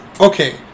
okay